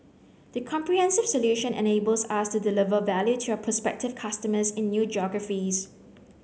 the comprehensive solution enables us to deliver value to our prospective customers in new geographies